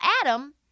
Adam